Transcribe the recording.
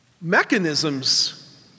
mechanisms